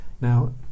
now